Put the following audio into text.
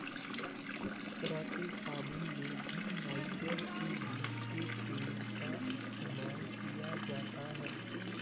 कुछ तरह के साबून में भी नाइजर के बीज के तेल का इस्तेमाल किया जाता है